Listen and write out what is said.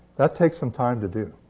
that takes some time to do.